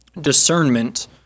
discernment